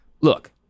Look